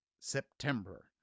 September